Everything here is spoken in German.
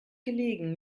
gelegen